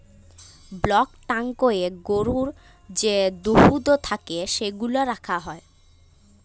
block ট্যাংকয়ে গরুর যে দুহুদ থ্যাকে সেগলা রাখা হ্যয়